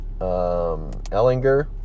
Ellinger